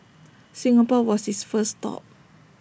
Singapore was his first stop